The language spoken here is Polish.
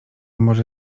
może